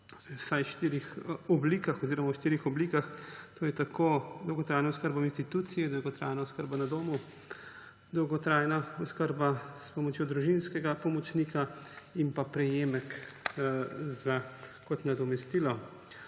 bo dolgotrajna oskrba v štirih oblikah, torej dolgotrajna oskrba v instituciji, dolgotrajna oskrba na domu, dolgotrajna oskrba s pomočjo družinskega pomočnika in prejemek kot nadomestilo.